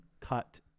cut